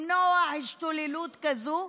למנוע השתוללות כזאת,